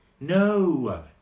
No